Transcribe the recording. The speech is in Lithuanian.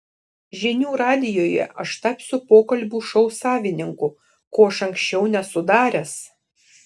žinių radijuje aš tapsiu pokalbių šou savininku ko aš anksčiau nesu daręs